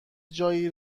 جایی